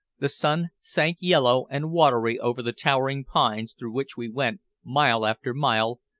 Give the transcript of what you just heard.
the sun sank yellow and watery over the towering pines through which we went mile after mile,